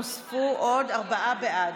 מיכל שיר בעד.